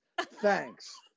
Thanks